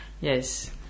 Yes